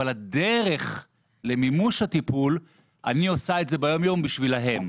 אבל הדרך למימוש הטיפול אני עושה את זה ביום יום בשבילם.